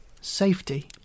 Safety